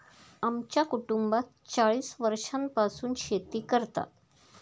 आमच्या कुटुंबात चाळीस वर्षांपासून शेती करतात